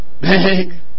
Bang